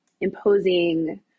imposing